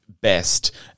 best